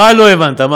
מה לא הבנת?